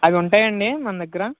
అవి ఉంటాయండి మన దగ్గర